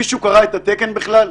מישהו קרא את התקן בכלל?